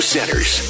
Centers